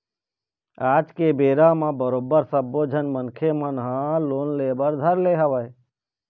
आज के बेरा म बरोबर सब्बो झन मनखे मन ह लोन ले बर धर ले हवय